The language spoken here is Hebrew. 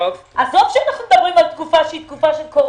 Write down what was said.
עזוב שאנחנו מדברים על תקופת קורונה,